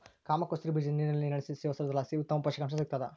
ಕಾಮಕಸ್ತೂರಿ ಬೀಜ ನೀರಿನಲ್ಲಿ ನೆನೆಸಿ ಸೇವಿಸೋದ್ರಲಾಸಿ ಉತ್ತಮ ಪುಷಕಾಂಶ ಸಿಗ್ತಾದ